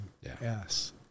Yes